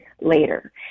later